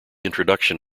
introduction